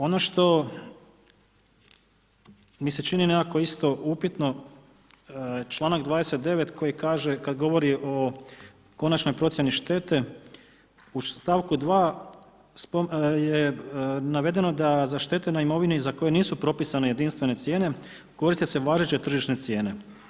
Ono što mi se čini nekako isto upitno, čl. 29. koji kaže kad govori o konačnoj procjeni štete, u st. 2. je navedeno da za štete na imovini za koje nisu propisane jedinstvene cijene, koriste se važeće tržišne cijene.